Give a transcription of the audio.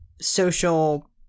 social